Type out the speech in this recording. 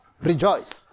rejoice